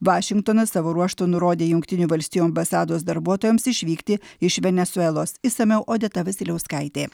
vašingtonas savo ruožtu nurodė jungtinių valstijų ambasados darbuotojams išvykti iš venesuelos išsamiau odeta vasiliauskaitė